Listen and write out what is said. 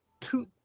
two